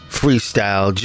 freestyle